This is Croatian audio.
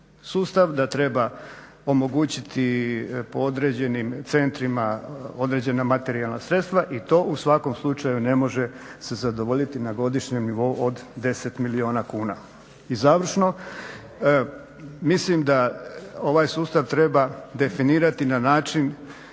da treba omogućiti po određenim centrima određena materijalna sredstva i to u svakom slučaju ne može se zadovoljiti na godišnjem nivou od 10 milijuna kuna. I završno, mislim da ovaj sustav treba definirati na način